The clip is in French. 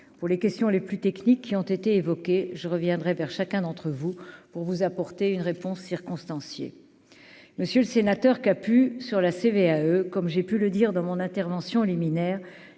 pour les questions les plus techniques qui ont été évoqués, je reviendrai vers chacun d'entre vous pour vous apporter une réponse circonstanciée, monsieur le sénateur pu sur la CVAE comme j'ai pu le dire dans mon intervention liminaire